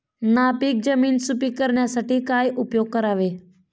नापीक जमीन सुपीक करण्यासाठी काय उपयोग करावे?